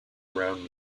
around